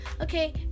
okay